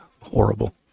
horrible